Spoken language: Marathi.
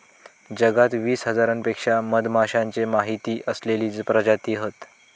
जगात वीस हजारांपेक्षा मधमाश्यांचे माहिती असलेले प्रजाती हत